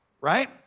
Right